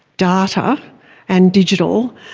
data and digital,